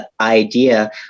idea